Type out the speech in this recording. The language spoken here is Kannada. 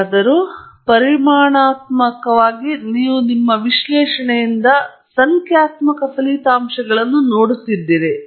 ಹೇಗಾದರೂ ಪರಿಮಾಣಾತ್ಮಕವಾಗಿ ನೀವು ನಿಮ್ಮ ವಿಶ್ಲೇಷಣೆಯಿಂದ ಸಂಖ್ಯಾತ್ಮಕ ಫಲಿತಾಂಶಗಳನ್ನು ನೋಡುತ್ತಿದ್ದೀರಿ